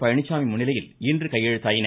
பழனிசாமி முன்னிலையில் இன்று கையெழுத்தாயின